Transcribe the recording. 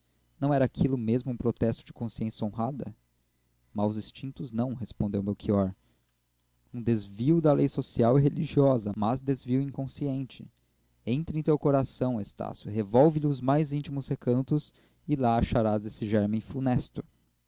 não era aquilo mesmo um protesto de consciência honrada maus instintos não respondeu melchior um desvio da lei social e religiosa mas desvio inconsciente entra em teu coração estácio revolve lhe os mais íntimos recantos e lá acharás esse gérmen funesto